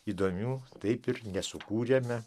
įdomių taip ir nesukūrėme